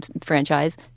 franchise